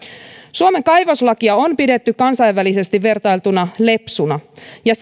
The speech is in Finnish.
suomen kaivoslakia on pidetty kansainvälisesti vertailtuna lepsuna ja